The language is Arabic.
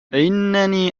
إنني